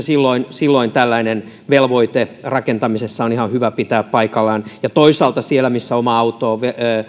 silloin silloin tällainen velvoite rakentamisessa on ihan hyvä pitää paikallaan ja toisaalta siellä missä oma auto